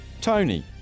Tony